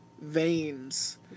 veins